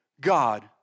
God